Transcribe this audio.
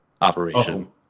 operation